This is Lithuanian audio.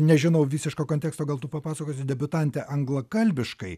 nežinau visiško konteksto gal tu papasakosi debiutantė anglakalbiškai